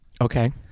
Okay